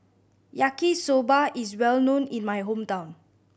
Yaki Soba is well known in my hometown